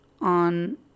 on